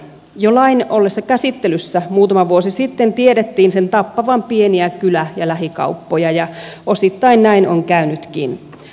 jo lain ollessa käsittelyssä muutama vuosi sitten tiedettiin sen tappavan pieniä kylä ja lähikauppoja ja osittain näin on käynytkin